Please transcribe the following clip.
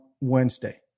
Wednesday